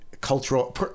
Cultural